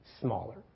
smaller